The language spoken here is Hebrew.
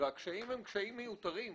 הקשיים הם קשיים מיותרים,